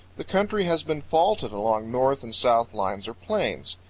the country has been faulted along north-and-south lines or planes.